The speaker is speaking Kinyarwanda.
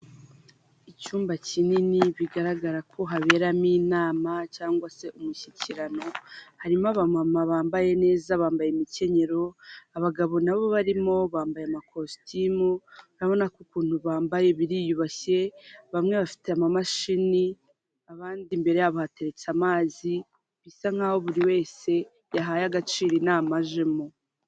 Icyumba kinini bigaragara ko haberamo inama cyangwa se umushyikirano harimo abamama bambaye neza bambaye imikenyero, abagabo nabo barimo bambaye amakositimu urabona ko ukuntu bambaye biriyubashye, bamwe bafite amamashini abandi imbere yabo hateretse amazi bisa nkaho buri wese yahaye agaciro inama ajemo.